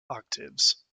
octaves